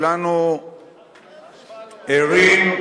וכולנו ערים,